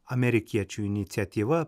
amerikiečių iniciatyva